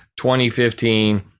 2015